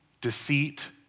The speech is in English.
deceit